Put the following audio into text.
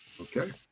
Okay